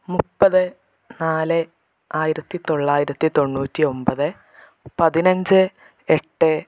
മുപ്പത് നാല് ആയിരത്തി തൊള്ളായിരത്തി തൊണ്ണൂറ്റി ഒമ്പത് പതിനഞ്ച് എട്ട്